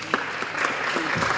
Hvala